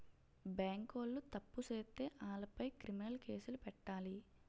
బేంకోలు తప్పు సేత్తే ఆలపై క్రిమినలు కేసులు పెట్టాలి